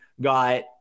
got –